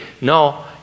No